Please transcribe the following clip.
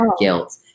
guilt